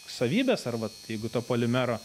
savybes arba jeigu to polimero